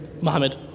Mohammed